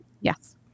Yes